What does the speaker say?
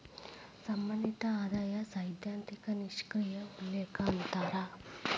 ಸಂಬಂಧಿತ ಆದಾಯ ಸೈದ್ಧಾಂತಿಕ ನಿಷ್ಕ್ರಿಯ ಉಲ್ಲೇಖ ಅಂತಾರ